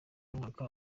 mwaka